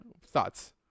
Thoughts